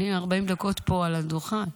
אני 40 דקות פה על הדוכן.